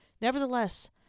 Nevertheless